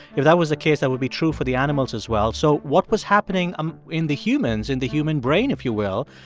if that was the case, that would be true for the animals, as well. so what was happening um in the humans, in the human brain, if you will,